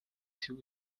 two